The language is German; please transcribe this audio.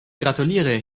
gratuliere